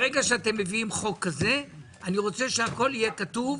ברגע שאתם מביאים חוק כזה אני רוצה שהכול יהיה כתוב.